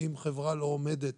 אם חברה לא עומדת